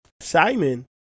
Simon